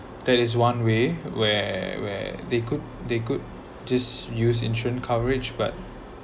that is one way where where they could they could just use insurance coverage but